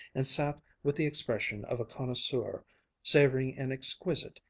and sat with the expression of a connoisseur savoring an exquisite,